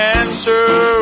answer